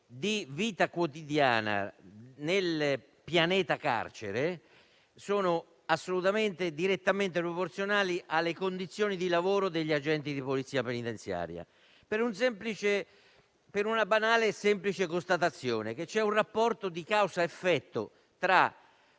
di vita quotidiana nel pianeta carcere sono direttamente proporzionali alle condizioni di lavoro degli agenti di polizia penitenziaria; questo per una banale e semplice constatazione, ossia che vi è un rapporto di causa-effetto tra